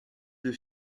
deux